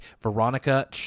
Veronica